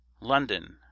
London